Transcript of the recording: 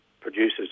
producers